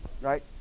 right